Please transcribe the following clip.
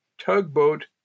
tugboat